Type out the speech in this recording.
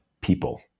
people